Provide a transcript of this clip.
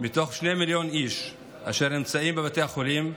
מתוך שני מיליון איש אשר נמצאים בבתי החולים,